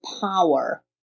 power